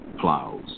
plows